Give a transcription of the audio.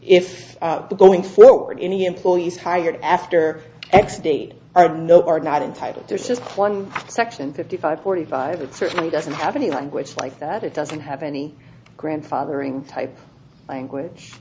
if the going forward any employees hired after x date or no are not entitled there's just one section fifty five forty five that certainly doesn't have any language like that it doesn't have any grandfathering type language